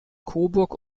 coburg